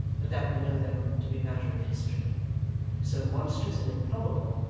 but that we know them to be matter of history so monstrous and improbable,